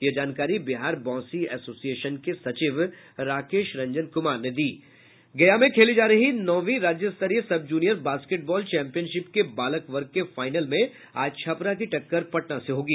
यह जानकारी बिहार बॉसी एसोसिएशन के सचिव राकेश रंजन कुमार ने दी है गया में खेली जा रही नौवीं राज्यस्तरीय सब जूनियर बास्केटबॉल चैंपियनशिप के बालक वर्ग के फाइनल में आज छपरा की टक्कर पटना से होगी